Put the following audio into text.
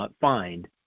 find